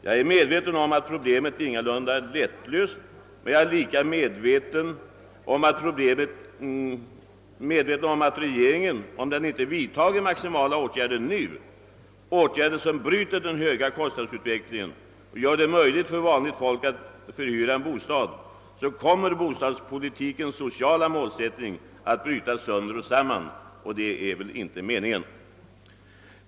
Jag är medveten om att problemet ingalunda är lättlöst, men jag är lika medveten om att ifall regeringen inte vidtar maximala åtgärder nu, åtgärder som bryter den höga kostnadsutvecklingen och gör det möjligt för vanligt folk att förhyra en bostad, så kommer bostadspolitikens sociala målsättning att bryta sönder och samman och det är väl inte meningen.